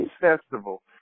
festival